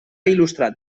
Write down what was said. il·lustrat